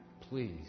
please